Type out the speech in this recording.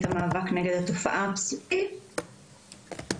המאבק נגד התופעה הפסולה של הדרת נשים מהמרחב הציבורי גם